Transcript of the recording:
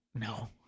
No